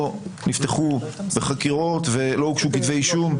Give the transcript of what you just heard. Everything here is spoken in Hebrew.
לא פתחו בחקירות ולא הוגשו כתבי אישום.